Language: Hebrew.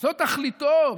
זו תכליתו,